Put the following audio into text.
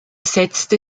setzte